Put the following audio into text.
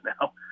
Now